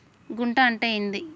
గుంట అంటే ఏంది?